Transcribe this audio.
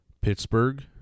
Pittsburgh